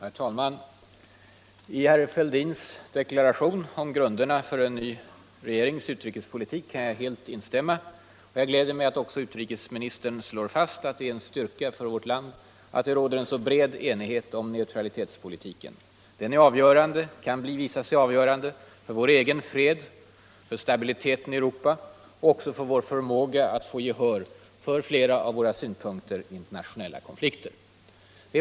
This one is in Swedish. Herr talman! I herr Fälldins deklaration om grunderna för en ny regerings utrikespolitik kan jag helt instämma. Jag gläder mig också åt att utrikesministern klart slog fast att det är en styrka för vårt land att det råder så bred enighet om neutralitetspolitiken. Den kan visa sig avgörande för vår egen fred, för stabiliteten i Europa och också för vår förmåga att få gehör för flera av våra synpunkter i internationella konflikter. Det.